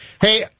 hey